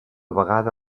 vegada